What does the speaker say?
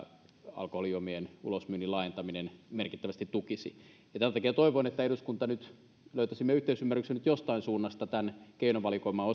alkoholijuomien ulosmyynnin laajentaminen merkittävästi tukisi tämän takia toivon että eduskunnassa nyt löytäisimme yhteisymmärryksen jostain suunnasta tämän keinovalikoiman